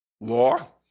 law